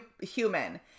human